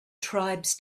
tribes